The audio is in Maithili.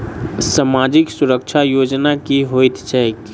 सामाजिक सुरक्षा योजना की होइत छैक?